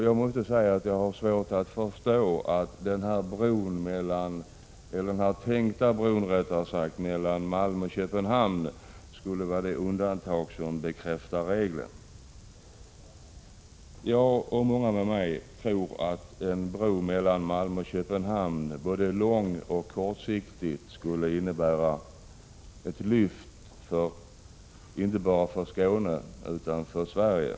Jag har svårt att förstå att den tänkta bron mellan Malmö och Köpenhamn skulle vara det undantag som bekräftar regeln. Jag, och många med mig, tror att en bro mellan Malmö och Köpenhamn på både kort och lång sikt skulle innebära ett lyft inte bara för Skåne utan för hela Sverige.